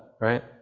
right